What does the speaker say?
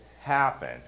happen